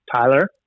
Tyler